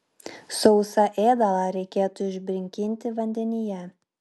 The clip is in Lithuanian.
sausą ėdalą reikėtų išbrinkinti vandenyje